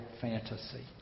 fantasy